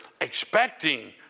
expecting